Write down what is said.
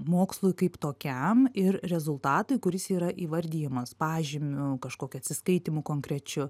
mokslui kaip tokiam ir rezultatui kuris yra įvardijamas pažymiu kažkokiu atsiskaitymu konkrečiu